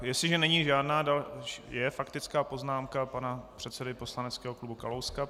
Jestliže není žádná další je faktická poznámka pana předsedy poslaneckého klubu pana Kalouska.